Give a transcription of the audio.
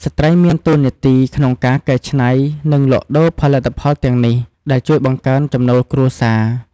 ស្ត្រី មានតួនាទីសំខាន់ក្នុងការកែច្នៃ និងលក់ដូរផលិតផលទាំងនេះ ដែលជួយបង្កើនចំណូលគ្រួសារ។